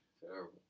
Terrible